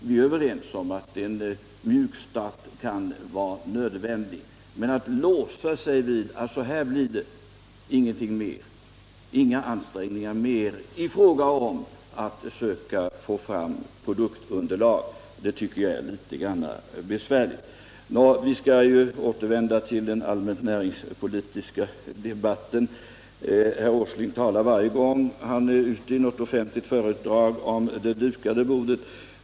Vi är överens om att en mjuk start kan vara nödvändig, men att låsa sig vid att inga ytterligare ansträngningar skall göras för att söka få fram produktunderlag tycker jag är otillfredsställande. Vi skall återvända till den allmänt näringspolitiska debatten. Herr Äsling talar varje gång han håller offentligt föredrag om det dukade bordet.